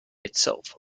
itself